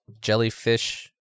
jellyfish